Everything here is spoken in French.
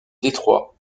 détroit